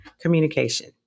communication